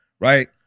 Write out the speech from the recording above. Right